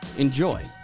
Enjoy